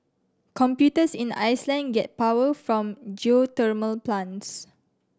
computers in Iceland get power from geothermal plants